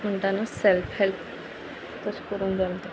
म्हणटा न्हू self help तशें करूंक जालतो